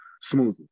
smoothly